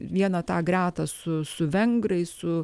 vieną tą gretą su su vengrais su